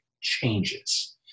changes